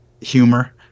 humor